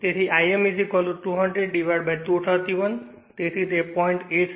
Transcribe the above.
તેથી I m 200231 તેથી 0